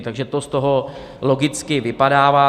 Takže to z toho logicky vypadává.